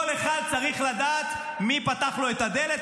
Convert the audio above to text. כל אחד צריך לדעת מי פתח לו את הדלת,